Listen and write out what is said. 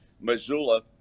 Missoula